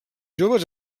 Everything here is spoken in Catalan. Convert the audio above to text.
joves